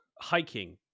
hiking